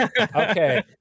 Okay